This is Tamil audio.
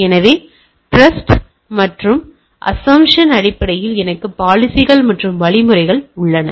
எனவே டிரஸ்ட் மற்றும் அஸ்சம்சன் அடிப்படையில் எனக்கு பாலிசிகள் மற்றும் வழிமுறைகள் உள்ளன